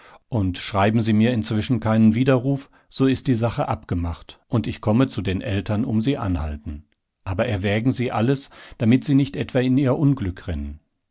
und schreiben sie mir inzwischen keinen widerruf so ist die sache abgemacht und ich komme zu den eltern um sie anhalten aber erwägen sie alles damit sie nicht etwa in ihr unglück